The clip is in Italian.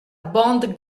bond